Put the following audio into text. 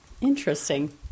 Interesting